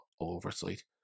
oversight